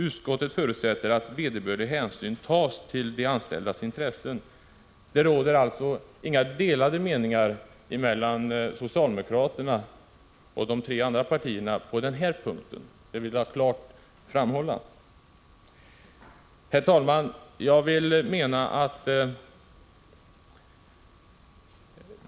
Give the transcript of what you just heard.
Utskottet förutsätter att vederbörlig hänsyn tas till de anställdas intressen.” Det råder alltså inga delade meningar mellan socialdemokraterna och de tre borgerliga partierna på denna punkt. Det vill jag klart framhålla. Herr talman!